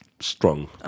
strong